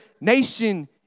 nation